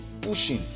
pushing